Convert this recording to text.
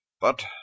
But